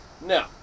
No